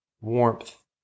warmth